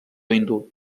hindú